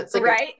Right